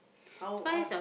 how how